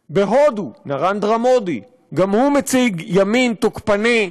בהודו, נרנדרה מודי, גם הוא מציג ימין תוקפני,